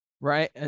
Right